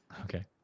Okay